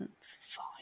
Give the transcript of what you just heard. fine